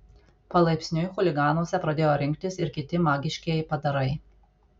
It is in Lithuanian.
palaipsniui chuliganuose pradėjo rinktis ir kiti magiškieji padarai